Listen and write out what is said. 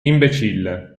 imbecille